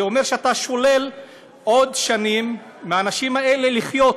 זה אומר שאתה שולל עוד שנים מהנשים האלה לחיות,